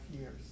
years